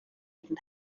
even